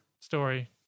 story